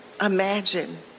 imagine